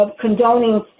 condoning